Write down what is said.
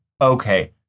okay